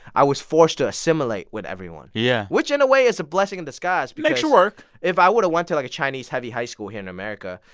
i was forced to assimilate with everyone. yeah. which, in a way, is a blessing in disguise but like work if i would've went to like a chinese-heavy high school here in america,